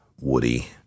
Woody